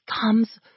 comes